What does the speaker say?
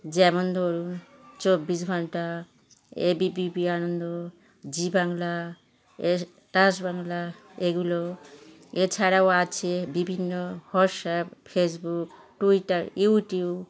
যেমন ধরুন চব্বিশ ঘন্টা A B P Ananda Zee Bangla এ স্টার বাংলা এগুলো এছাড়াও আছে বিভিন্ন হোয়াটসঅ্যাপ ফেসবুক টুইটার ইউটিউব